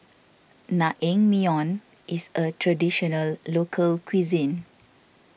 Naengmyeon is a Traditional Local Cuisine